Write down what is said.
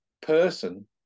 person